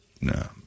No